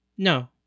No